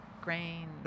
grain